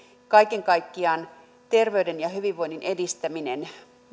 kaiken kaikkiaan terveyden ja hyvinvoinnin edistämisen